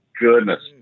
Goodness